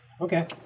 Okay